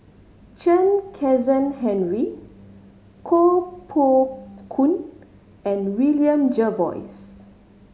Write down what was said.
Chen Kezhan Henri Koh Poh Koon and William Jervois